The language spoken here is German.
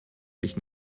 sich